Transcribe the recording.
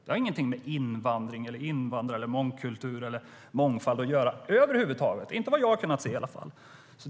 Det har ingenting med invandring, invandrare, mångkultur eller mångfald att göra över huvud taget, i varje fall inte enligt vad jag har kunnat se.